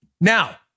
Now